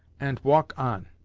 ant walk on.